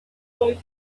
boy